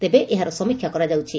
ତେବେ ଏହାର ସମୀକ୍ଷା କରାଯାଉଛି